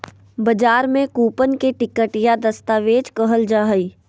बजार में कूपन के टिकट या दस्तावेज कहल जा हइ